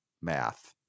math